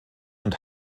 und